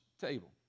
table